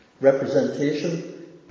representation